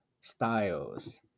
styles